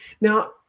Now